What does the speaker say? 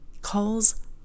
Calls